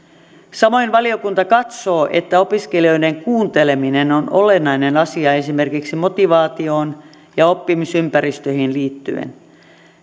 samoin valiokunta katsoo että opiskelijoiden kuunteleminen on olennainen asia esimerkiksi motivaatioon ja oppimisympäristöihin liittyen